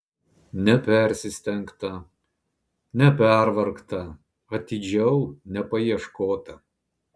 nepersistengta nepervargta atidžiau nepaieškota